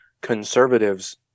conservatives